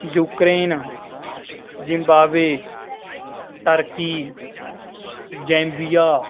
Ukraine Zimbabwe turkey Zambia